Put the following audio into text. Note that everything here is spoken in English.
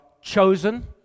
chosen